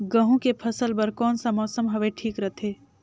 गहूं के फसल बर कौन सा मौसम हवे ठीक रथे?